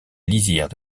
lisière